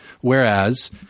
whereas